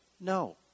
No